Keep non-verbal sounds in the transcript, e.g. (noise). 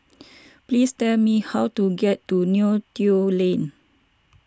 (noise) please tell me how to get to Neo Tiew Lane